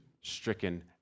stricken